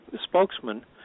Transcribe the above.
spokesman